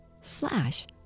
slash